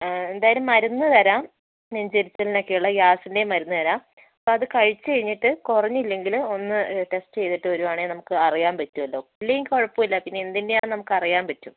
ആ എന്തായാലും മരുന്ന് തരാം നെഞ്ചെരിച്ചിലിനൊക്കെയുള്ള ഗാസിൻറ്റെയും മരുന്ന് തരാം അപ്പോൾ അത് കഴിച്ച് കഴിഞ്ഞിട്ട് കുറഞ്ഞില്ലെങ്കിൽ ഒന്ന് ടെസ്റ്റ് ചെയ്തിട്ട് വരുവാണെങ്കിൽ നമുക്ക് അറിയാൻ പറ്റുവല്ലോ അല്ലെങ്കിൽ കുഴപ്പമില്ല പിന്നെ എന്തിൻറ്റെയാന്ന് അറിയാൻ പറ്റും